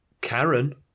Karen